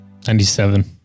97